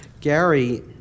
Gary